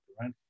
right